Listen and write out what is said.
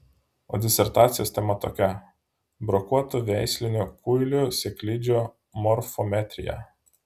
o disertacijos tema tokia brokuotų veislinių kuilių sėklidžių morfometrija